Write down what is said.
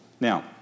Now